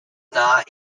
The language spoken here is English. not